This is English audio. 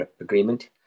agreement